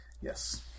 Yes